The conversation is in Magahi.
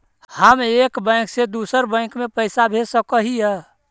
हम एक बैंक से दुसर बैंक में पैसा भेज सक हिय?